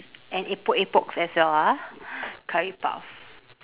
and epok epoks as well ah curry puff